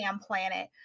planet